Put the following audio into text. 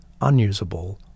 unusable